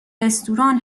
رستوران